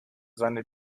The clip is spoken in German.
seine